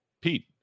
Pete